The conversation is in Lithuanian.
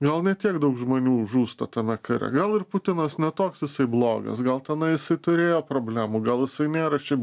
gal ne tiek daug žmonių žūsta tame kare gal ir putinas ne toks jisai blogas gal ten na jisai turėjo problemų gal jisai nėra šiaip